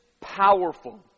powerful